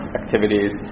activities